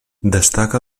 destaca